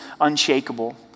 unshakable